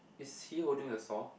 is he holding a saw